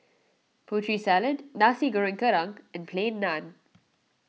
Putri Salad Nasi Goreng Kerang and Plain Naan